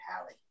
Hallie